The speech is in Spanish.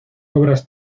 obras